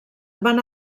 van